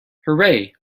hooray